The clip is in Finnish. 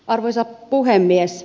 arvoisa puhemies